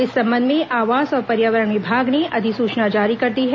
इस संबंध में आवास और पर्यावरण विभाग ने अधिसूचना जारी कर दी है